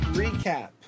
recap